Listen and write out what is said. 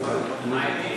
נמנעים.